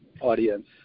audience